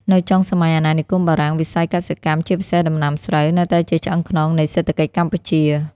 នៅចុងសម័យអាណានិគមបារាំង វិស័យកសិកម្ម ជាពិសេសដំណាំស្រូវ នៅតែជាឆ្អឹងខ្នងនៃសេដ្ឋកិច្ចកម្ពុជា។